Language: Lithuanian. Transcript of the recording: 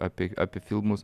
apie apie filmus